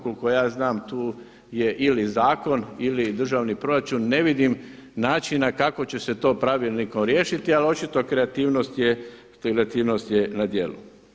Koliko ja znam tu je ili zakon ili državni proračun, ne vidim načina kako će se to pravilnikom riješiti ali očito kreativnost je na djelu.